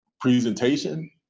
presentation